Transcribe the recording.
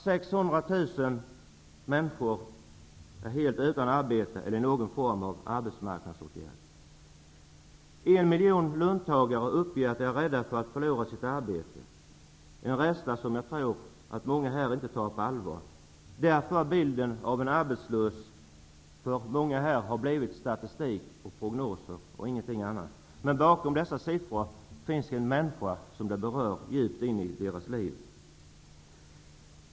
600 000 människor är helt utan arbete eller är föremål för någon form av arbetsmarknadsåtgärd. En miljon löntagare uppger att de är rädda för att förlora sitt arbete. Det är en rädsla som jag tror att många här inte tar på allvar, därför att bilden av en arbetslös för många här blivit statistik och prognoser och ingenting annat. Men bakom varje siffra finns en människa som blir berörd djupt inne i sitt liv.